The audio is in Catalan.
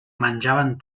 menjaven